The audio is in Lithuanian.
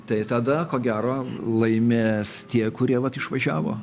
tai tada ko gero laimės tie kurie vat išvažiavo